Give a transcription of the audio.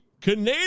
canadian